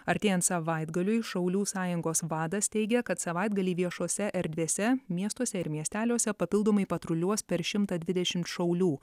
artėjant savaitgaliui šaulių sąjungos vadas teigia kad savaitgalį viešose erdvėse miestuose ir miesteliuose papildomai patruliuos per šimtą dvidešimt šaulių